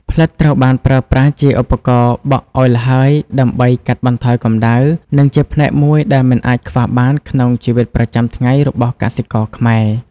ផ្លិតត្រូវបានប្រើប្រាស់ជាឧបករណ៍បក់ឱ្យល្ហើយដើម្បីកាត់បន្ថយកម្ដៅ និងជាផ្នែកមួយដែលមិនអាចខ្វះបានក្នុងជីវិតប្រចាំថ្ងៃរបស់កសិករខ្មែរ។